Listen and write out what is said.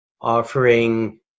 offering